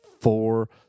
four